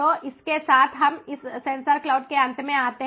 तो इसके साथ हम सेंसर क्लाउड के अंत में आते हैं